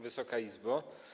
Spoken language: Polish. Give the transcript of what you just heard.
Wysoka Izbo!